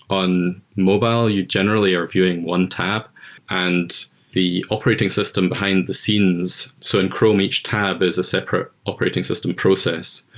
on mobile, you generally are viewing one tab and the operating system behind the-scenes so in chrome, each tab is a separate operating system process.